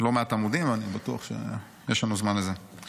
לא מעט עמודים אבל אני בטוח שיש לנו זמן לזה.